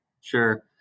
Sure